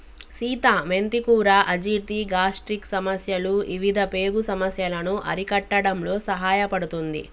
సీత మెంతి కూర అజీర్తి, గ్యాస్ట్రిక్ సమస్యలు ఇవిధ పేగు సమస్యలను అరికట్టడంలో సహాయపడుతుంది